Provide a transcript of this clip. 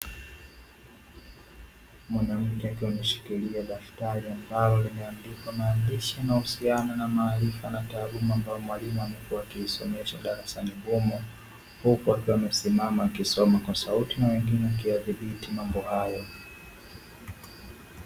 Mwanamke akiwa ameshikilia daftari, ambalo limeandikwa maandishi yanayohusiana na maarifa na taaluma ambayo mwalimu amekua akiisomesha darasani humo, huku akiwa amesimama akisoma kwa sauti na wengine wakiyadhibiti mambo hayo.